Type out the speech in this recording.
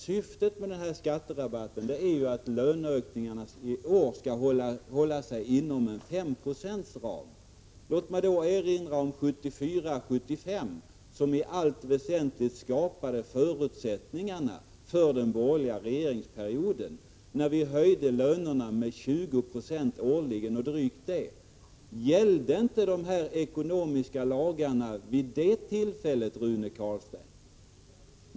Syftet med skatterabatten är ju att löneökningarna i år skall hålla sig inom en 5-procentsram. Låt mig erinra om 1974-1975, som i allt väsentligt skapade svårigheterna för den borgerliga regeringsperioden, när lönerna årligen höjdes med 20 20 och drygt det. Gällde inte dessa ekonomiska lagar vid det tillfället, Rune Carlstein?